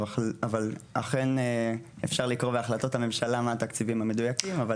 אבל אכן אפשר לקרוא בהחלטות הממשלה מה התקציבים המדויקים.